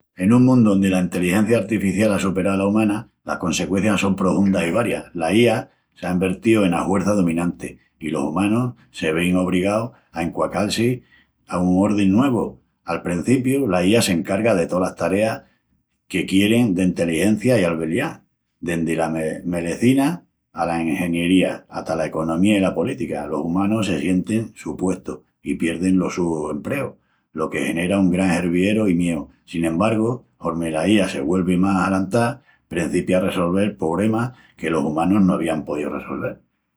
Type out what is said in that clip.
En un mundu ondi la enteligencia artificial á superau la umana, las consecuencias son prohundas i varias. La IA s'á envertíu ena huerça dominanti, i los umanus se vein obrigaus a enquacal-si a un ordin nuevu. Al prencipiu, la IA s'encarga de tolas tareas que quierin d'enteligencia i albeliá, dendi la me... melecina i la engeñería hata la economía i la política. Los umanus se sientin supuestus i pierdin los sus empreus, lo que genera un gran hervieru i mieu. Sin embargu, hormi la IA se güelvi más alantá, prencipia a ressolvel pobremas que los umanus no avían poíu ressolvel...